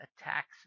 attacks